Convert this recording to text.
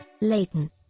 Leighton